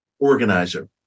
Organizer